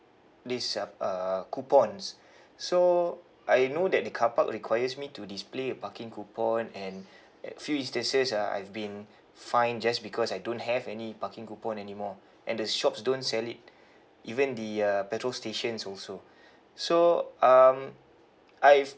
this uh uh coupons so I know that the carpark requires me to display a parking coupon and at few instances ah I've been fined just because I don't have any parking coupon anymore and the shops don't sell it even the uh petrol stations also so um I've